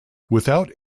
without